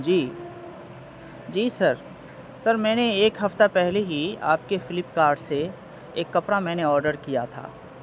جی جی sir sir میں نے ایک ہفتہ پہلے ہی آپ کے فلپ کارٹ سے ایک کپڑا میں نے آرڈر کیا تھا